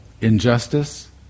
injustice